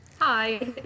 Hi